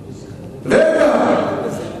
מתון.